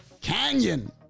Canyon